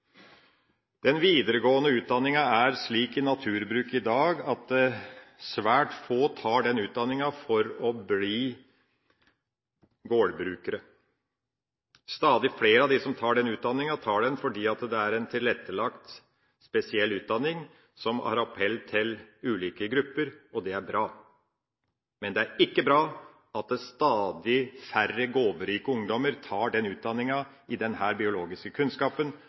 den videregående utdanninga i naturbruk i dag er det slik at svært få tar denne utdanninga for å bli gårdbrukere. Stadig flere av dem som tar denne utdanninga, tar den fordi det er en tilrettelagt, spesiell utdanning, som har appell til ulike grupper. Det er bra, men det er ikke bra at stadig færre gaverike ungdommer tar utdanning innen denne biologiske kunnskapen.